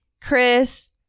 chris